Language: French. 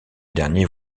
dernier